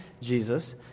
Jesus